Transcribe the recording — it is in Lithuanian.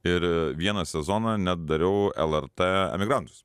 ir vieną sezoną net dariau lrt emigrantus